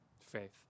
faith